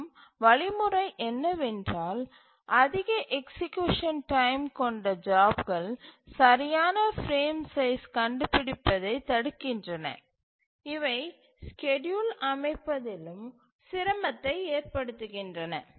மற்றும் வழிமுறை என்னவென்றால் அதிக எக்சீக்யூசன் டைம் கொண்ட ஜாப்கள் சரியான பிரேம் சைஸ் கண்டுபிடிப்பதைத் தடுக்கின்றன இவை ஸ்கெட்யூல் அமைப்பதிலும் சிரமத்தை ஏற்படுத்துகின்றன